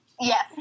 Yes